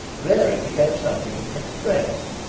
there it became something of an express,